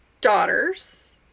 daughters